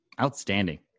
Outstanding